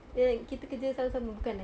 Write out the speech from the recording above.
yang kita kerja sama sama bukan eh